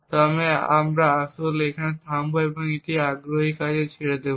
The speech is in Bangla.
তবে আমরা আসলে এখানে থামব এবং এটি আগ্রহীদের কাছে ছেড়ে দেব